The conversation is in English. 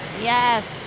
Yes